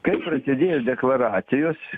kaip prasidėjo deklaracijos